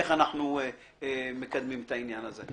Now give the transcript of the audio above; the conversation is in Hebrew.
איך אנחנו מקדמים את העניין הזה.